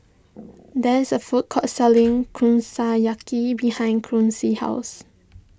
there is a food court selling Kushiyaki behind Quincy's house